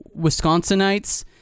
Wisconsinites